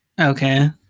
okay